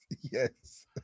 Yes